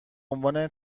عنوان